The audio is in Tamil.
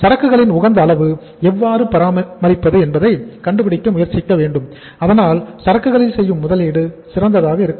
சரக்குகளின் உகந்த அளவு எவ்வாறு பராமரிப்பது என்பதை கண்டுபிடிக்க முயற்சிக்க வேண்டும் அதனால் சரக்குகளில் செய்யும் முதலீடும் சிறந்ததாக இருக்கும்